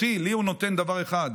לי הוא נותן דבר אחד,